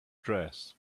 dress